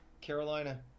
Carolina